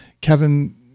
Kevin